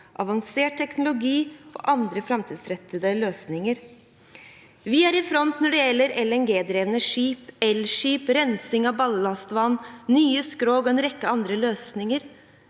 avansert teknologi og andre framtidsrettede løsninger. Vi er i front når det gjelder LNG-drevne skip, elskip, rensing av ballastvann, nye skrog og en rekke andre løsninger.